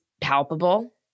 palpable